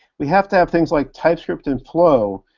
we have to have things like typescript and flow,